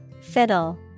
Fiddle